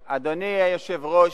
יוצאת מאולם המליאה.) אדוני היושב-ראש,